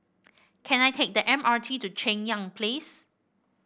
can I take the M R T to Cheng Yan Place